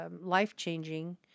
life-changing